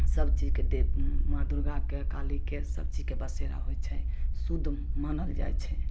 सबचीजके माँ दुर्गाके कालीके सबचीजके बसेरा होइ छै शुद्ध मानल जाइ छै